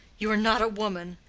you are not a woman.